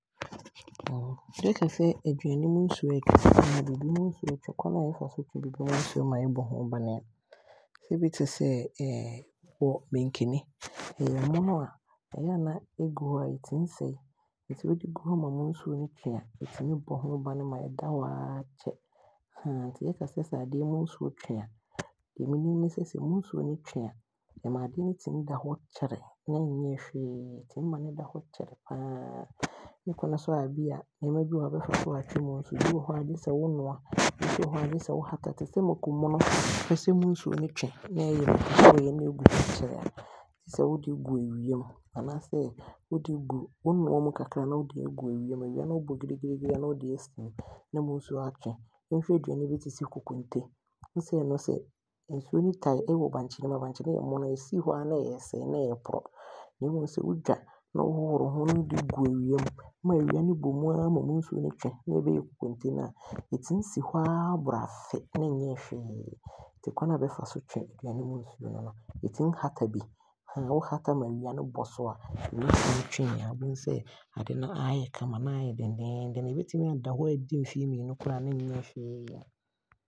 Bɛkasɛ aduane mu nsuo ɔɔtwe anaa biribi mu nsuo ɔɔtwe a, kwane a bɛfa so twe biribi mu nsuo ma ɛbɔ ho bane a, sɛ ebi te sɛ mankani ɛyɛ mono a ɛyɛ a na ɛgu hɔ a ɛtumi sɛe nanso wode gu hɔ ma emu nsuo no twe a ɛtumi bɔ ho bane ma ɛda hɔaa kyɛre nti yɛka sɛ adeɛ mu nsuo twe a nea menim ne sɛ, sɛ ɛmu nsuo no twe a ɛma adeɛ he tumi da hɔ kyere na ɔnyɛɛ hwee, ɛtumi ma no da hɔ kyɛre paa. Ne kwane a bia nneɛma bi wɔ hɔ a wobɛfa so atwe mu nsuo no, ebi wɔ hɔ a gyesɛ wo nua, ebi wɔ hɔ a gyesɛ wo hata. Tesɛ mako mono, wopɛsɛ emu nsuo no twe a na ɛgu hɔ kyɛre a gyesɛ wode gu awiam anaasɛ wo nua mu kakra a na wode aagu awiam, awia no ɔɔbɔ gregre a na wode aasi mu na mu nsuo aatwe. Yɛnhwɛ aduane bi te sɛ kokonte, wahu sɛ ɛno sɛ nsuo tae mu wɔ bere a ɛyɛ mono a, ɛsii hɔaa na ɔsɛe na ɔporɔ na mmom sɛ wodwa na wohohoro ho ne wode gu awiam ma awia no bɔm aa ma emu nsuo no twe na ɛbɛyɛ kokonte no a ɛtumi si hɔaa boro afe na ɔnyɛɛ hwee. Nti kwane a wobɛfa so aatwe aduane mu Nsuo no no. Yɛtumi hata bi wo hata ma awia he bɔ so a, ɛmu nsuo he twea wobɛhu sɛ adeɛ no aayɛ kama na aayɛ dennenen. Ɛbɛtumi aada hɔ aadi mfeɛ mmienu koraa na ɔnyɛɛ hwee.